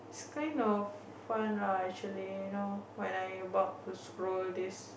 it's kind of fun lah actually you know when I about to scroll this